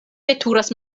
veturas